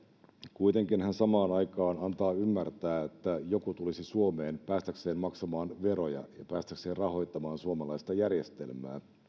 kuitenkin hän samaan aikaan antaa ymmärtää että joku tulisi suomeen päästäkseen maksamaan veroja ja päästäkseen rahoittamaan suomalaista järjestelmää